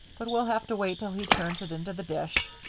but we'll have to wait till he turns it into the dish.